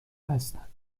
هستند